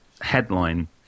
headline